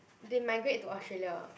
they migrate to Australia